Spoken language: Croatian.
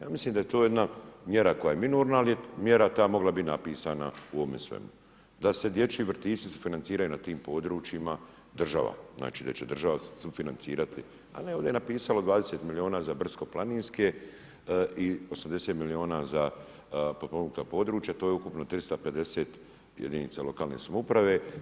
Ja mislim da je to jedna mjera koja je minorna ali je mjera ta mogla biti napisana u ovome svemu, da se dječji vrtići sufinanciraju na tim područjima država, znači da će država sufinancirati, a ne ovdje napisalo 20 milijuna za brdsko planinske i 80 milijuna za potpomognuta područja, to je ukupno 350 jedinica lokalne samouprave.